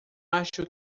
acho